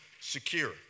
secure